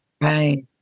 Right